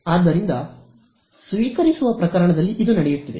ಆದ್ದರಿಂದ ಸ್ವೀಕರಿಸುವ ಪ್ರಕರಣದಲ್ಲಿ ಇದು ನಡೆಯುತ್ತಿದೆ